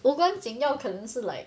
无关紧要可能是 like